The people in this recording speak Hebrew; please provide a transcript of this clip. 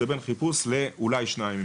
זה בין חיפוש אחד לאולי שניים עם